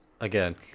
again